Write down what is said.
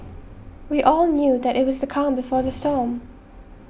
we all knew that it was the calm before the storm